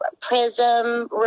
prism